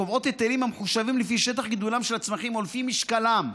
קובעות היטלים המחושבים לפי שטח גידולם של הצמחים או לפי משקלם.